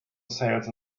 sales